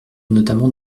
notamment